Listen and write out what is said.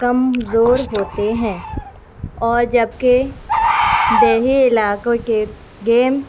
کمزور ہوتے ہیں اور جبکہ دیہی علاقوں کے گیم